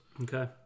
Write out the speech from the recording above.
Okay